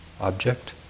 object